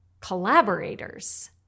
collaborators